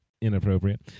inappropriate